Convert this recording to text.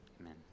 Amen